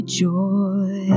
joy